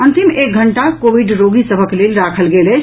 अंतिम एक घंटा कोविड रोगी सभक लेल राखल गेल अछि